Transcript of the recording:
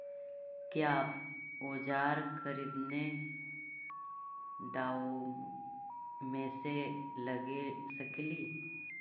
क्या ओजार खरीदने ड़ाओकमेसे लगे सकेली?